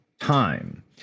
time